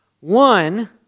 One